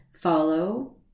follow